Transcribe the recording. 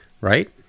right